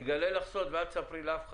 אני אגלה לך סוד ואל תספרי לאף אחד.